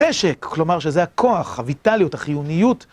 אשק, כלומר שזה הכוח, הוויטליות, החיוניות.